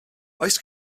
oes